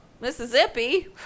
Mississippi